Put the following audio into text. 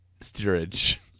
steerage